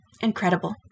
Incredible